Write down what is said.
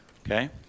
Okay